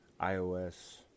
iOS